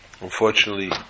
Unfortunately